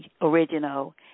original